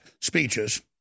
speeches